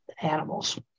animals